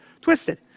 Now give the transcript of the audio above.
twisted